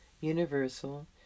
universal